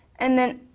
and then,